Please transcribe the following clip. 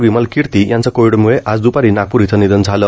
विमलकिर्ती यांचं कोविडम्ळं आज द्पारी नागप्र इथं निधन झालं